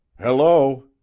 Hello